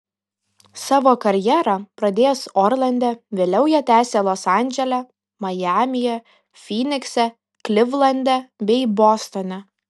savo karjerą pradėjęs orlande vėliau ją tęsė los andžele majamyje fynikse klivlande bei bostone